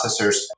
processors